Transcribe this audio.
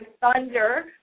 thunder